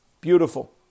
Beautiful